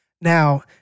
Now